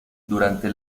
durante